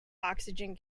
oxygen